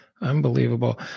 Unbelievable